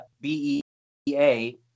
B-E-A